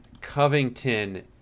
Covington